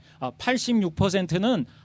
86%는